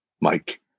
mike